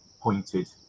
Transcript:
pointed